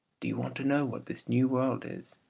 do you want to know what this new world is?